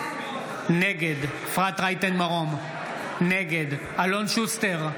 נגד אפרת רייטן מרום, נגד אלון שוסטר,